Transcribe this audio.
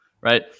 right